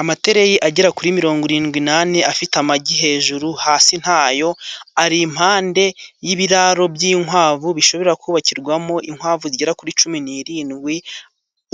Amatereyi agera kuri mirongo irindwi n'ane afite amagi hejuru hasi ntayo ,ari impande y'ibiraro by'inkwavu bishobora kubakirwamo inkwavu zigera kuri cumi n'irindwi,